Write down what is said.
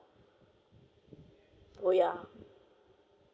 oh yeah